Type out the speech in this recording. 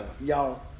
y'all